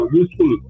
useful